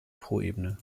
poebene